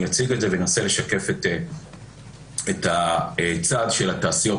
אני אציג אותה ואנסה לשקף את הצד של התעשיות